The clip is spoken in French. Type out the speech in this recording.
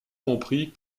compris